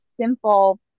simple